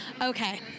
Okay